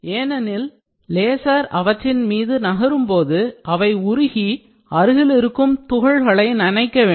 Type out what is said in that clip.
ஏனென்றால் லேசர் அவற்றின்மீது நகரும்போது அவை உருகி அருகில் இருக்கும் துகள்களை நனைக்க வேண்டும்